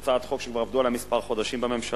זאת הצעת חוק שכבר עבדו עליה כמה חודשים בממשלה,